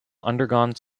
undergone